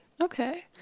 Okay